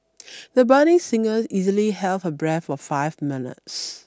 the budding singer easily held her breath for five minutes